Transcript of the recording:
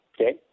Okay